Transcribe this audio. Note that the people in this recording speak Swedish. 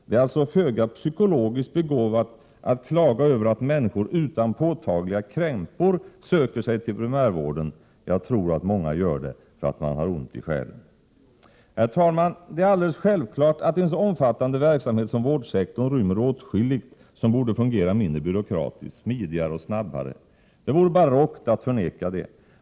Det är alltså föga psykologiskt begåvat att klaga över att människor utan påtagliga krämpor söker sig till primärvården. Jag tror att många gör det för att man har ont i själen. Herr talman! Det är alldeles självklart att en så omfattande verksamhet som vårdsektorn rymmer åtskilligt som borde fungera mindre byråkratiskt, smidigare och snabbare. Det vore barockt att förneka det.